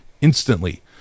instantly